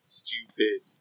stupid